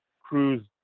Cruise